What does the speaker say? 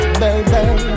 baby